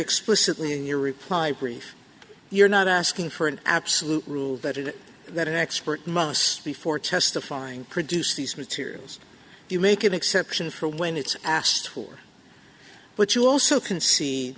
explicitly in your reply brief you're not asking for an absolute rule that is that an expert must be for testifying produce these materials you make an exception for when it's asked for but you also can